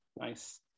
Nice